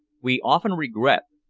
we often regret,